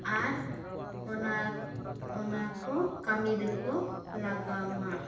ᱟᱨ ᱚᱱᱟ ᱚᱱᱟᱠᱚ ᱠᱟᱹᱢᱤ ᱨᱮᱠᱚ ᱞᱟᱜᱟᱣᱢᱟ